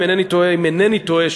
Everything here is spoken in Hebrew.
אם אינני טועה,